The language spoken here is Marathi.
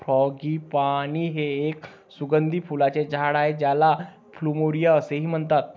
फ्रँगीपानी हे एक सुगंधी फुलांचे झाड आहे ज्याला प्लुमेरिया असेही म्हणतात